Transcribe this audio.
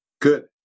Good